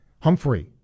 Humphrey